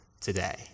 today